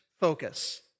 focus